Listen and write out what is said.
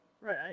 Right